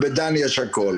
המשרד יודע שיש לו,